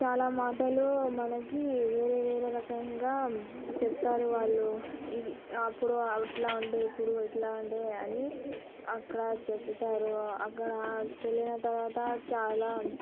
చాలా మాటలు మనకి వేరే వేరే రకంగా చెప్తారు వాళ్ళు ఇది అప్పుడు అట్ల ఉండే ఇప్పుడు ఇట్లా ఉండే అని అక్కడ చెబుతారు అక్కడ వెళ్ళిన తర్వాత చాలా